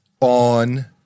on